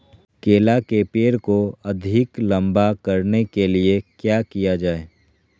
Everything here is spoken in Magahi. केला के पेड़ को अधिक लंबा करने के लिए किया किया जाए?